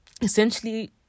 essentially